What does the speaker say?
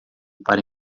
para